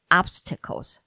obstacles